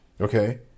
okay